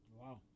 Wow